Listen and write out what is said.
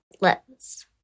lets